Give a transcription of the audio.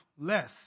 less